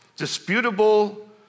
Disputable